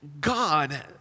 God